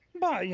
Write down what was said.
bye, yeah